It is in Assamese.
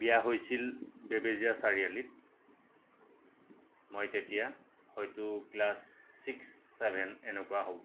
বিয়া হৈছিল বেবেজীয়া চাৰিআলিত মই তেতিয়া হয়তো ক্লাছ ছিক্স চেভেন এনেকুৱা হ'ম